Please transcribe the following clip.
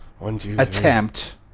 attempt